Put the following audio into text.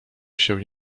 się